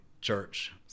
church